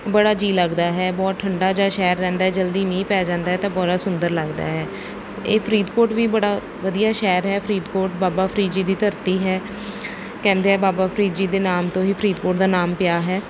ਬੜਾ ਜੀ ਲੱਗਦਾ ਹੈ ਬਹੁਤ ਠੰਡਾ ਜਿਹਾ ਸ਼ਹਿਰ ਰਹਿੰਦਾ ਜਲਦੀ ਮੀਂਹ ਪੈ ਜਾਂਦਾ ਤਾਂ ਬੜਾ ਸੁੰਦਰ ਲੱਗਦਾ ਹੈ ਇਹ ਫਰੀਦਕੋਟ ਵੀ ਬੜਾ ਵਧੀਆ ਸ਼ਹਿਰ ਹੈ ਫਰੀਦਕੋਟ ਬਾਬਾ ਫਰੀਦ ਜੀ ਦੀ ਧਰਤੀ ਹੈ ਕਹਿੰਦੇ ਆ ਬਾਬਾ ਫਰੀਦ ਜੀ ਦੇ ਨਾਮ ਤੋਂ ਹੀ ਫਰੀਦਕੋਟ ਦਾ ਨਾਮ ਪਿਆ ਹੈ